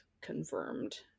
confirmed